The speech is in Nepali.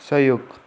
सहयोग